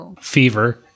fever